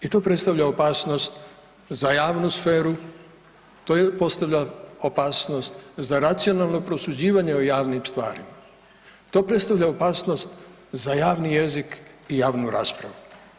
I to predstavlja opasnost za javnu sferu, to je postavlja opasnost za racionalno prosuđivanje o javnim stvarima, to predstavlja opasnost za javni jezik i javnu raspravu.